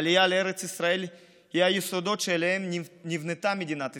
העלייה לארץ ישראל היא מהיסודות שעליהם נבנתה מדינת ישראל.